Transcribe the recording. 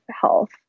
health